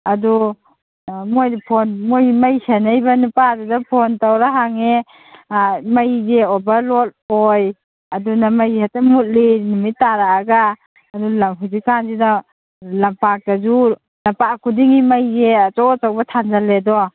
ꯑꯗꯣ ꯃꯣꯏꯗ ꯐꯣꯟ ꯃꯣꯏ ꯃꯩ ꯁꯦꯟꯅꯩꯕ ꯅꯨꯄꯥꯗꯨꯗ ꯐꯣꯟ ꯇꯧꯔ ꯍꯪꯉꯦ ꯃꯩꯁꯦ ꯑꯣꯚꯔ ꯂꯣꯠ ꯑꯣꯏ ꯑꯗꯨꯅ ꯃꯩ ꯍꯦꯛꯇ ꯃꯨꯠꯂꯤ ꯅꯨꯃꯤꯠ ꯇꯥꯔꯛꯑꯒ ꯑꯗꯨꯅ ꯍꯧꯖꯤꯛꯀꯥꯟꯁꯤꯗ ꯂꯝꯄꯥꯛꯇꯁꯨ ꯂꯥꯝꯄꯥꯛ ꯈꯨꯗꯤꯡꯒꯤ ꯃꯩꯁꯦ ꯑꯆꯧ ꯑꯆꯧꯕ ꯊꯥꯟꯖꯤꯜꯂꯦꯗꯣ